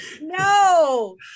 No